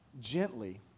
gently